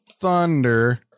Thunder